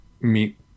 meet